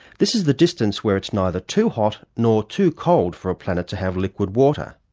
this is the distance where it's neither too hot nor too cold for a planet to have liquid water.